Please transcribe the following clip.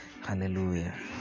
Hallelujah